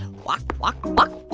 ah walk, walk, walk,